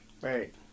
Right